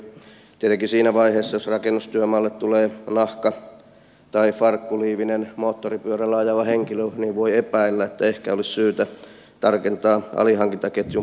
tietenkin siinä vaiheessa jos rakennustyömaalle tulee nahka tai farkkuliivinen moottoripyörällä ajava henkilö voi epäillä että ehkä olisi syytä tarkentaa alihankintaketjun pitävyyttä